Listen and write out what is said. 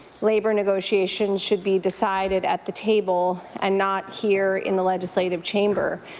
labour negotiations should be decided at the table and not here in the legislative chamber.